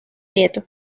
nieto